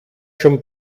schon